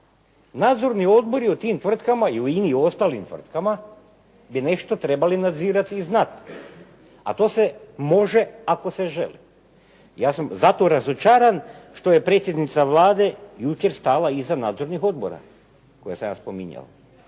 Nadzorni odbori u tim tvrtkama, u INA-i i ostalim tvrtkama bi trebali nešto nadzirati i znati, a to se može ako se želi. Ja sam zato razočaran što je predsjednica Vlade jučer stala iza nadzornih odbora koje sam ja spominjao,